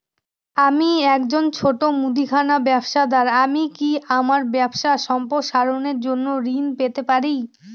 আমি একজন ছোট মুদিখানা ব্যবসাদার আমি কি আমার ব্যবসা সম্প্রসারণের জন্য ঋণ পেতে পারি?